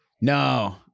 No